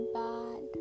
bad